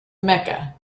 mecca